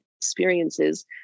experiences